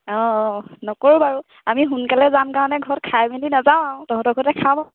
অঁ অঁ নকৰোঁ বাৰু আমি সোনকালে যাম কাৰণে ঘৰত খাই মেলি নাযাওঁ আৰু তহঁতৰ ঘৰতে খাম আৰু